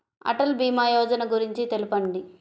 అటల్ భీమా యోజన గురించి తెలుపండి?